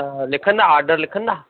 लिखंदा आडर लिखंदा